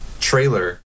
trailer